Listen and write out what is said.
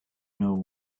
know